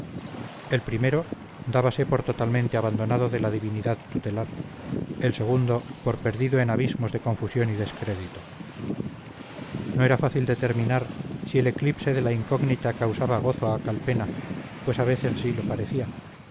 el primero dábase por totalmente abandonado de la divinidad tutelar el segundo por perdido en abismos de confusión y descrédito no era fácil determinar si el eclipse de la incógnita causaba gozo a calpena pues a veces así lo parecía